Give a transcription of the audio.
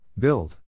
Build